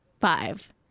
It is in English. five